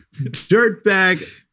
dirtbag